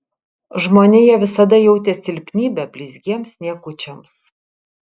žmonija visada jautė silpnybę blizgiems niekučiams